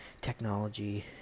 technology